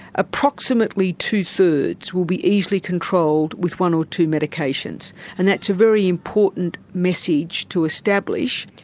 approximately two thirds will be easily controlled with one or two medications and that's a very important message to establish.